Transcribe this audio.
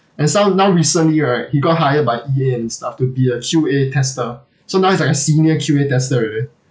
and so now recently right he got hired by E_A and stuff to be a Q_A tester so now he's like a senior Q_A tester already